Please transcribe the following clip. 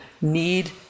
need